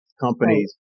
companies